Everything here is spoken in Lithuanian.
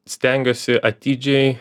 stengiuosi atidžiai